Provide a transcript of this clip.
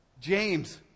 James